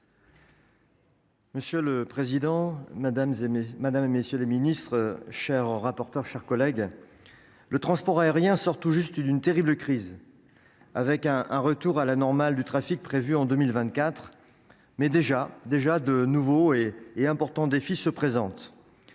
Monsieur le président, madame, messieurs les ministres, mes chers collègues, le transport aérien sort tout juste d’une terrible crise, un retour à la normale du trafic est prévu en 2024, mais déjà de nouveaux défis importants se présentent.